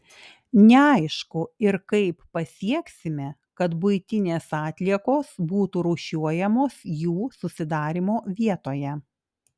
neaišku ir kaip pasieksime kad buitinės atliekos būtų rūšiuojamos jų susidarymo vietoje